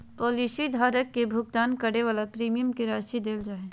policy धारक के भुगतान करे वाला प्रीमियम के राशि देल जा हइ